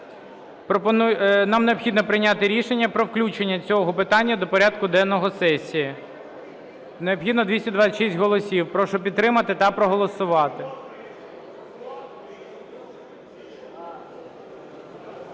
Нам необхідно прийняти рішення про включення цього питання до порядку денного сесії. Необхідно 226 голосів. Прошу підтримати та проголосувати.